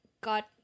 Got